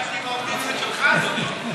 אני התרשמתי מהאופטימיות שלך, אדוני.